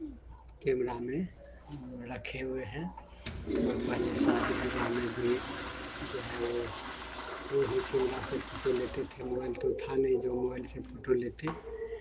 camera में रखे हुए हैं वो पहले शादी विवाह में भी जो है वो वही कैमरा से फोटो लेते थे मोबाइल तो था नहीं जो मोबाइल से फोटो लेते